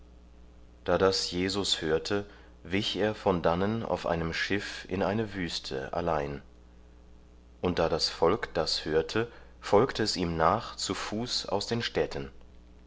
da das jesus hörte wich er von dannen auf einem schiff in eine wüste allein und da das volk das hörte folgte es ihm nach zu fuß aus den städten